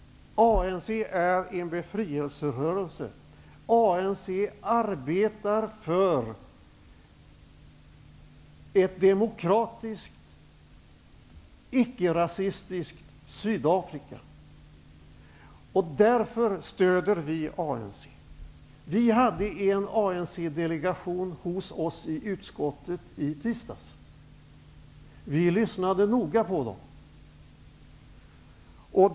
ANC är en befrielserörelse. ANC arbetar för ett demokratiskt icke-rasistiskt Sydafrika. Därför stöder vi ANC. Vi hade en ANC-delegation hos oss i utskottet i tisdags. Vi lyssnade noga på dem.